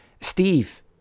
Steve